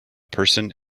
person